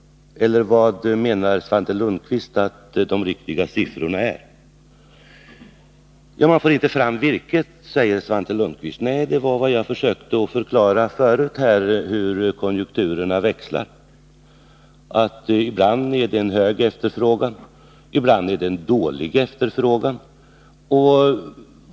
Eller vilka menar Svante Lundkvist att de riktiga procenttalen är? Man får inte fram virket, sade Svante Lundkvist. Nej, jag försökte ju förklara förut här hur konjunkturerna växlar. Ibland är efterfrågan god och ibland är den dålig.